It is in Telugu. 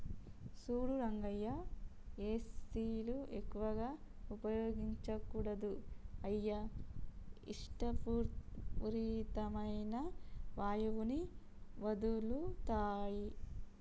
సూడు రంగయ్య ఏసీలు ఎక్కువగా ఉపయోగించకూడదు అయ్యి ఇషపూరితమైన వాయువుని వదులుతాయి